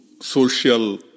social